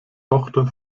tochter